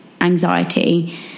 anxiety